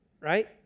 right